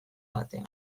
batean